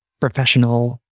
professional